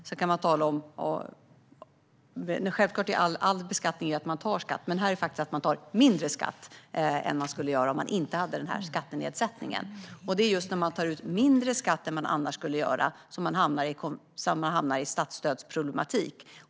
Självklart innebär all beskattning att man tar ut skatt, men här tar man ut mindre skatt än vad man skulle göra utan denna skattenedsättning. Det är just när man tar ut mindre skatt än vad man annars skulle göra som man hamnar i statsstödsproblematik.